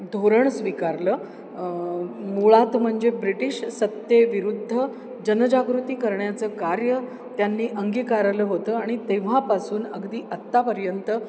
धोरण स्वीकारलं मुळात म्हणजे ब्रिटिश सत्तेविरुद्ध जनजागृती करण्याचं कार्य त्यांनी अंगीकारलं होतं आणि तेव्हापासून अगदी आत्तापर्यंत